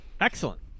Excellent